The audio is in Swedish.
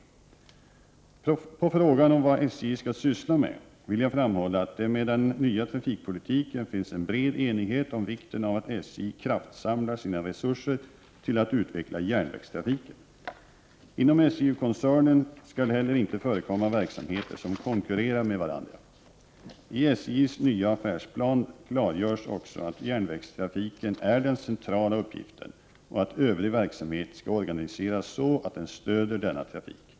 Till svar på frågan om vad SJ skall syssla med vill jag framhålla att det med den nya trafikpolitiken finns en bred enighet om vikten av att SJ kraftsamlar sina resurser till att utveckla järnvägstrafiken. Inom SJ-koncernen skall heller inte förekomma verksamheter som konkurrerar med varandra. I SJ:s nya affärsplan klargörs också att järnvägstrafiken är den centrala uppgiften och att övrig verksamhet skall organiseras så att den stöder denna trafik.